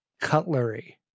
cutlery